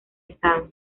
estado